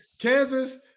Kansas